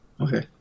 Okay